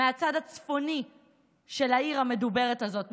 מהצד הצפוני של העיר המדוברת הזאת,